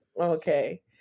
okay